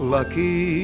Lucky